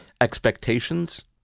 expectations